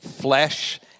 flesh